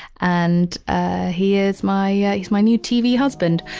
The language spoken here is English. and ah he is my, yeah is my new tv husband.